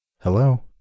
Hello